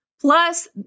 Plus